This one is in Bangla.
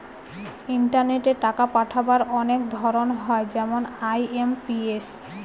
ইন্টারনেটে টাকা পাঠাবার অনেক ধরন হয় যেমন আই.এম.পি.এস